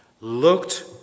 looked